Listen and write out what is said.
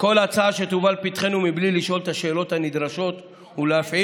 כל הצעה שתובא אל פתחנו בלי לשאול את השאלות הנדרשות ולהפעיל